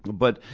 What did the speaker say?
but,